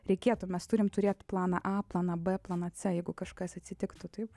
reikėtų mes turim turėt planą a plana b planą c jeigu kažkas atsitiktų taip